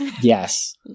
Yes